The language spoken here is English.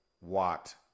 Watt